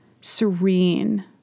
serene